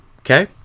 Okay